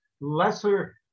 lesser